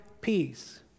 peace